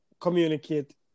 communicate